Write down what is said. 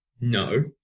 no